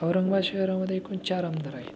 औरंगाबाद शहरामध्ये एकूण चार आमदार आहेत